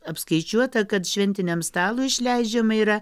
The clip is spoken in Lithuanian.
apskaičiuota kad šventiniam stalui išleidžiama yra